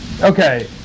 Okay